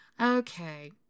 okay